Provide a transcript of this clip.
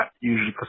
usually